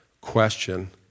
question